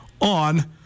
on